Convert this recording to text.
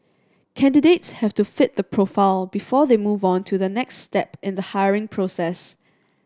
candidates have to fit the profile before they move on to the next step in the hiring process